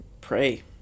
pray